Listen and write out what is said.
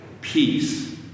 peace